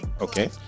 Okay